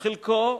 חלקו,